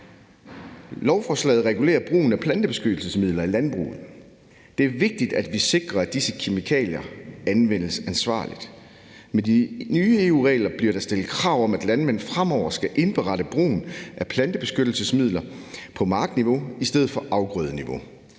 Lovforslaget regulerer brugen af plantebeskyttelsesmidler i landbruget. Det er vigtigt, at vi sikrer, at disse kemikalier anvendes ansvarligt. Med de nye EU-regler bliver der stillet krav om, at landmænd fremover skal indberette brugen af plantebeskyttelsesmidler på markniveau i stedet for på afgrødeniveau.